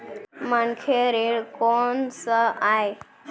मनखे ऋण कोन स आय?